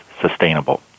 sustainable